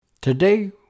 Today